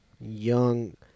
young